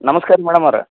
ನಮಸ್ಕಾರ ಮೇಡಮ್ಮವ್ರೆ